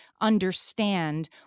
understand